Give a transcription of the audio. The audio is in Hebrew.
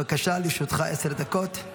בבקשה, לרשותך עשר דקות.